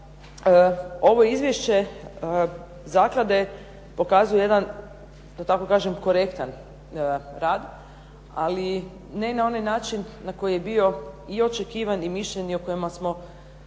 ovo izvješće zaklade pokazuje jedan da tako kažem korektan rad, ali ne na onaj način na koji je bio i očekivan i mišljenje o kojima smo, neki